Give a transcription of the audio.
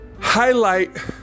highlight